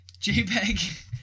JPEG